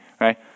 right